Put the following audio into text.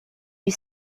you